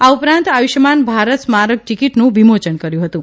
આ ઉપરાંત આયુષ્માન ભારત સ્મારક ટીકીટનું વિમોચન કર્યુ ંહતું